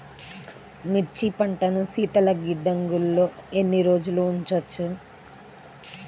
మిర్చి పంటను శీతల గిడ్డంగిలో ఎన్ని రోజులు ఉంచవచ్చు?